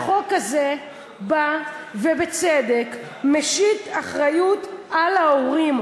החוק הזה בא ובצדק משית אחריות על ההורים,